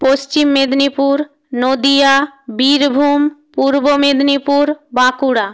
Paschim Medinipur Nadia Birbhum Purba Medinipur Bankura